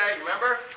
Remember